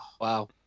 wow